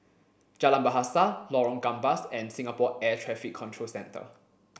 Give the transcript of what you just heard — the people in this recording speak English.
Jalan Bahasa Lorong Gambas and Singapore Air Traffic Control Centre